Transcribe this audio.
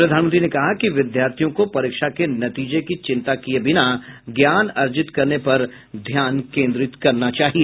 प्रधानमंत्री ने कहा कि विद्यार्थियों को परीक्षा के नतीजे की चिंता किये बिना ज्ञान अर्जित करने पर ध्यान केन्द्रित करना चाहिए